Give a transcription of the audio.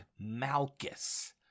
Malchus